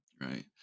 right